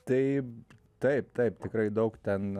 tai taip taip tikrai daug ten